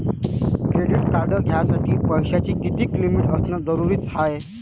Credit card घ्यासाठी पैशाची कितीक लिमिट असनं जरुरीच हाय?